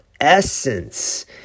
essence